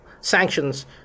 Sanctions